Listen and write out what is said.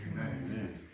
Amen